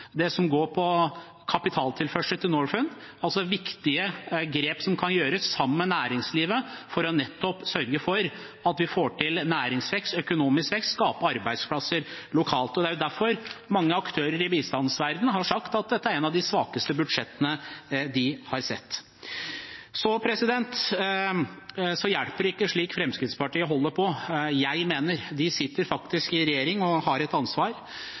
det som går på kapitaltilførsel til Norfund. Dette er viktige grep som kan gjøres sammen med næringslivet for å sørge for at vi får til næringsvekst, økonomisk vekst og å skape arbeidsplasser lokalt. Det er derfor mange aktører i bistandsverdenen har sagt at dette er et av de svakeste budsjettene de har sett. Så hjelper det ikke å holde på slik Fremskrittspartiet gjør. De sitter faktisk i regjering og har et ansvar,